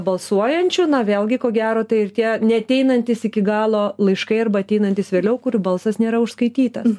balsuojančių na vėlgi ko gero tai ir tie neateinantys iki galo laiškai arba ateinantys vėliau kur balsas nėra užskaitytas